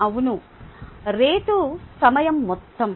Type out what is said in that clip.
అవును రేటు సమయం మొత్తం